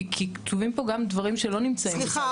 כי כתובים פה גם דברים שלא נמצאים בסל השירותים